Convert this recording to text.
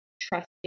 trust